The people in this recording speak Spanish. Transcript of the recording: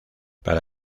para